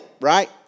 right